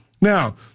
Now